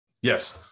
Yes